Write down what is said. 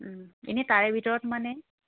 এনেই তাৰে ভিতৰত মানে